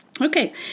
Okay